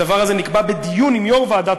הדבר הזה נקבע בדיון עם יושב-ראש ועדת